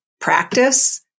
practice